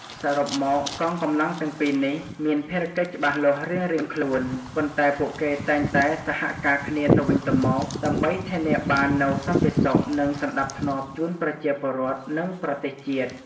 សរុបមក កងកម្លាំងទាំងពីរនេះមានភារកិច្ចច្បាស់លាស់រៀងៗខ្លួន ប៉ុន្តែពួកគេតែងតែសហការគ្នាទៅវិញទៅមកដើម្បីធានាបាននូវសន្តិសុខ និងសណ្តាប់ធ្នាប់ជូនប្រជាពលរដ្ឋ និងប្រទេសជាតិ។